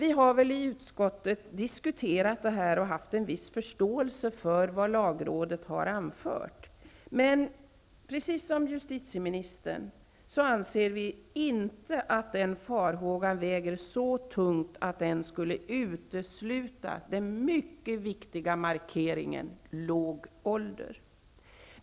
I utskottet har vi diskuterat detta och haft viss förståelse för vad lagrådet har anfört. Men precis som justitieministern anser vi inte att den farhågan väger så tungt att den skulle utesluta den mycket viktiga markeringen låg ålder.